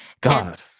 god